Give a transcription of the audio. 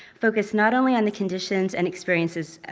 focused not only on the conditions and experiences,